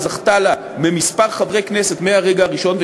זכתה לה מכמה חברי כנסת מהרגע הראשון,